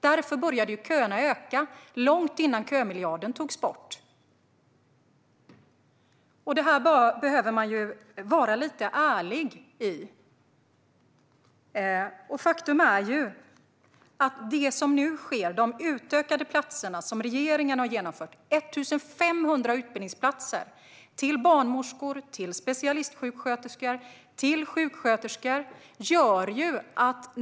Därför började köerna att öka långt innan kömiljarden togs bort. Här bör man vara lite ärlig. Faktum är att regeringen har genomfört utökade utbildningsplatser, 1 500 utbildningsplatser till barnmorskor, specialistsjuksköterskor och sjuksköterskor.